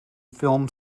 film